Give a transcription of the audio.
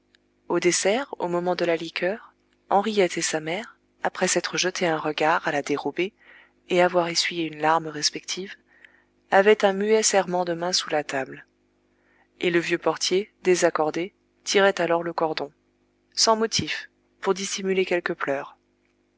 au dessert au moment de la liqueur henriette et sa mère après s'être jeté un regard à la dérobée et avoir essuyé une larme respective avaient un muet serrement de main sous la table et le vieux portier désaccordé tirait alors le cordon sans motif pour dissimuler quelque pleur